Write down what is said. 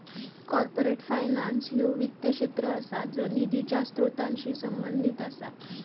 corporate finance ह्यो वित्त क्षेत्र असा ज्यो निधीच्या स्त्रोतांशी संबंधित असा